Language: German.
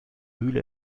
mühle